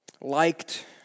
liked